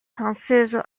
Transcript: française